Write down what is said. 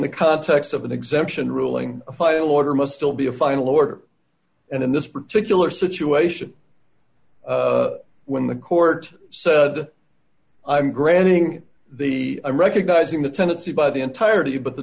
the context of an exemption ruling a final order must still be a final order and in this particular situation when the court said i'm granting the i'm recognizing the tendency by the entirety but the